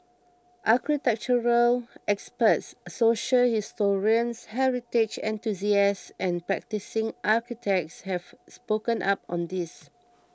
architectural experts social historians heritage enthusiasts and practising architects have spoken up on this